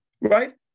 right